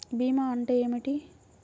భీమా అంటే ఏమిటి?